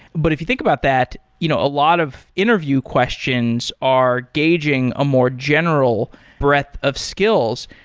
but if you think about that, you know a lot of interview questions are gauging a more general breadth of skills.